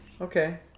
Okay